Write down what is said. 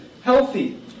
Healthy